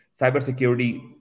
cybersecurity